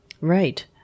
Right